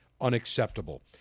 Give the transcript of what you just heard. unacceptable